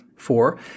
Four